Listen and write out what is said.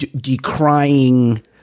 decrying